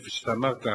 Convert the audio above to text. כפי שאתה אמרת,